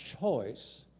choice